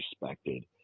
respected